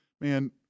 Man